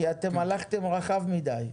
כי אתם הלכתם רחב מדי.